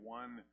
one